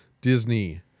Disney